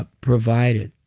ah provided,